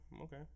okay